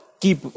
keep